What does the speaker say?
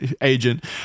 agent